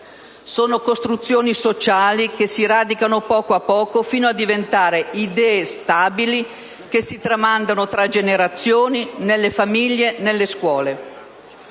Sono costruzioni sociali che si radicano poco a poco, fino a diventare idee stabili che si tramandano tra generazioni, nelle famiglie, nelle scuole.